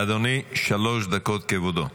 אדוני, שלוש דקות, כבודו.